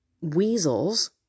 weasels